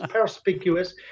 perspicuous